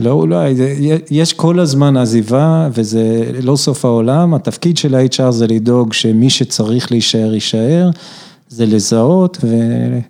לא, אולי, יש כל הזמן עזיבה וזה לא סוף העולם, התפקיד של ה-HR זה לדאוג שמי שצריך להישאר, ישאר, זה לזהות ו...